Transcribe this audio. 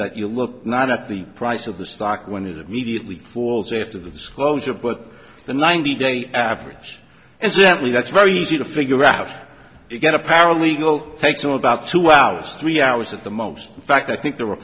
that you look not at the price of the stock when the mediately falls after the disclosure but the ninety day average and simply that's very easy to figure out you get a paralegal takes him about two hours three hours at the most in fact i think the re